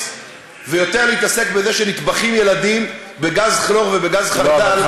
ויותר להתעסק בזה שנטבחים ילדים בגז כלור ובגז חרדל.